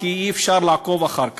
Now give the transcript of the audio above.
כי אי-אפשר לעקוב אחר כך.